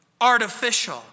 artificial